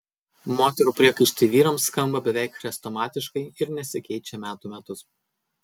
moterų priekaištai vyrams skamba beveik chrestomatiškai ir nesikeičia metų metus